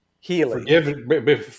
Healing